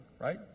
right